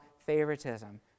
Favoritism